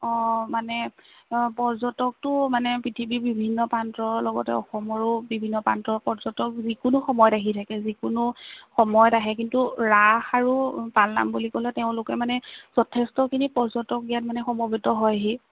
অঁ মানে পৰ্যটকটো মানে পৃথিৱীৰ বিভিন্ন প্ৰান্তৰ লগতে অসমৰো বিভিন্ন প্ৰান্তৰ পৰ্যটক যিকোনো সময়ত আহি থাকে যিকোনো সময়ত আহে কিন্তু ৰাস আৰু পাল নাম বুলি ক'লে তেওঁলোকে মানে যথেষ্টখিনি পৰ্যটক ইয়াত মানে সমবেত হয়হি